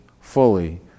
fully